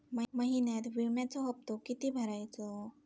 महिन्यात विम्याचो हप्तो किती भरायचो?